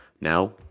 Now